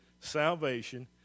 salvation